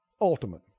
ultimate